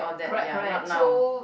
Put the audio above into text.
correct correct so